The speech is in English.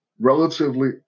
relatively